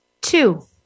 Two